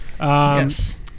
Yes